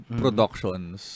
productions